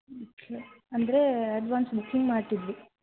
okay ಅಂದರೆ advance booking ಮಾಡ್ತಿದ್ವಿ